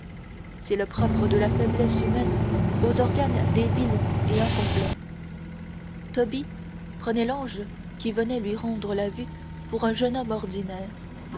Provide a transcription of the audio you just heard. c'est le propre de la faiblesse humaine aux organes débiles et incomplets tobie prenait l'ange qui venait lui rendre la vue pour un jeune homme ordinaire